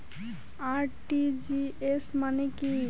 RTGS মানে কি?